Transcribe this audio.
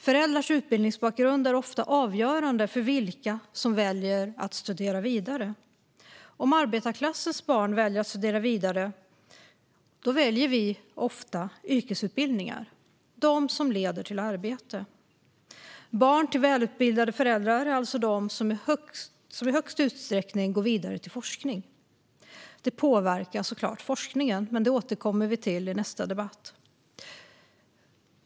Föräldrars utbildningsbakgrund är ofta avgörande för vilka som väljer att studera vidare. Om arbetarklassens barn väljer att studera vidare väljer vi ofta yrkesutbildningar, de utbildningar som leder till arbete. Barn till välutbildade föräldrar är alltså de som i störst utsträckning går vidare till forskning. Det påverkar såklart forskningen, och detta återkommer vi till i nästa debatt.